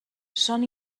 són